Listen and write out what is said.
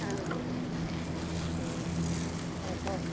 ആ ഉം ഓ ഹോ